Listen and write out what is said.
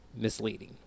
misleading